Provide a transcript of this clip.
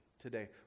today